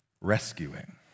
rescuing